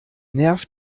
nervt